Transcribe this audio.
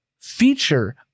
feature